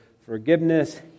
forgiveness